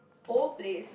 old place